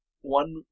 one